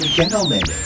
gentlemen